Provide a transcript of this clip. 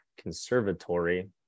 conservatory